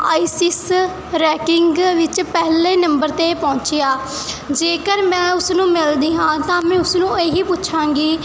ਆਈ ਸਿਸ ranking ਵਿਚ ਪਹਿਲੇ number 'ਤੇ ਪਹੁੰਚਿਆ ਜੇਕਰ ਮੈਂ ਉਸ ਨੂੰ ਮਿਲਦੀ ਹਾਂ ਤਾਂ ਮੈਂ ਉਸ ਨੂੰ ਇਹ ਹੀ ਪੁੱਛਾਂਗੀ